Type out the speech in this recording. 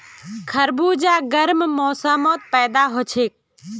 खरबूजा गर्म मौसमत पैदा हछेक